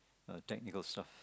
technical stuff